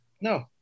No